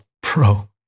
pro